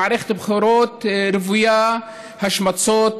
מערכת בחירות רוויה השמצות,